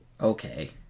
okay